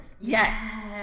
Yes